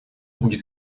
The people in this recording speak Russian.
будет